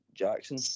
Jackson